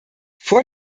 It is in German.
vor